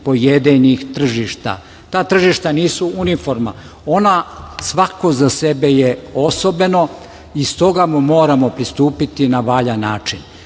pojedinih tržišta. Ta tržišta nisu uniforma, ona svako za sebe je osobeno i stoga moramo pristupiti na valjan način. Još